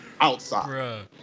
outside